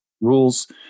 rules